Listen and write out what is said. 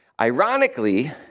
Ironically